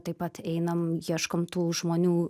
taip pat einam ieškom tų žmonių